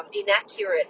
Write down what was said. inaccurate